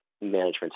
management